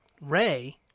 Ray